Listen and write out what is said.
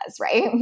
right